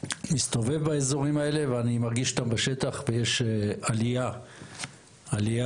מסתובב באזורים האלה ואני מרגיש שבשטח יש עלייה לצערי,